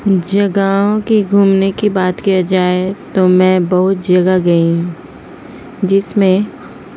جگہوں کی گھومنے کی بات کیا جائے تو میں بہت جگہ گئی ہوں جس میں